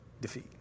defeat